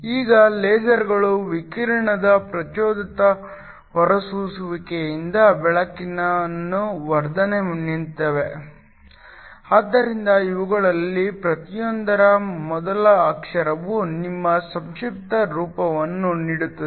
ಈಗ ಲೇಸರ್ಗಳು ವಿಕಿರಣದ ಪ್ರಚೋದಿತ ಹೊರಸೂಸುವಿಕೆಯಿಂದ ಬೆಳಕಿನ ವರ್ಧನೆಗೆ ನಿಂತಿವೆ ಆದ್ದರಿಂದ ಇವುಗಳಲ್ಲಿ ಪ್ರತಿಯೊಂದರ ಮೊದಲ ಅಕ್ಷರವು ನಿಮ್ಮ ಸಂಕ್ಷಿಪ್ತ ರೂಪವನ್ನು ನೀಡುತ್ತದೆ